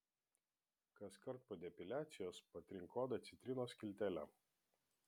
kaskart po depiliacijos patrink odą citrinos skiltele